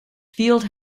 field